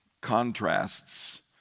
contrasts